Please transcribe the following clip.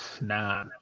Nah